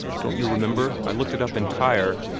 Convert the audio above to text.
don't you remember? i looked it up in tyre.